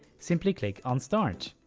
simply click on start.